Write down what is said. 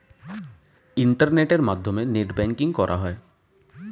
ইন্টারনেটের মাধ্যমে net banking করা হয়